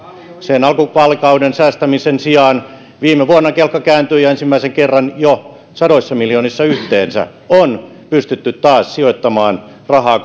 sen alkuvaalikauden säästämisen sijaan viime vuonna kelkka kääntyi ja ensimmäisen kerran jo sadoissa miljoonissa yhteensä on pystytty taas sijoittamaan rahaa